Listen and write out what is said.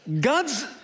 God's